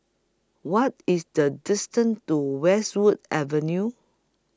What IS The distance to Westwood Avenue